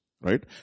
Right